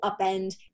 upend